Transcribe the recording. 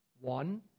One